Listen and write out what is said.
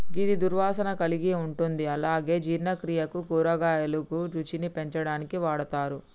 గిది దుర్వాసన కలిగి ఉంటుంది అలాగే జీర్ణక్రియకు, కూరగాయలుగా, రుచిని పెంచడానికి వాడతరు